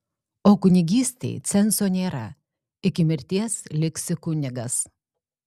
o kunigystei cenzo nėra iki mirties liksi kunigas